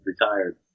retired